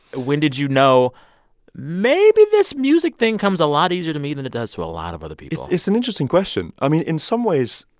when did you know maybe this music thing comes a lot easier to me than it does to a lot of other people? it's an interesting question. i mean, in some ways,